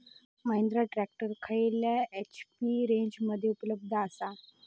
Mahindra tractor खयल्या HP रेंजमध्ये उपलब्ध आसा?